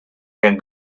herrn